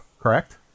Correct